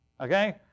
Okay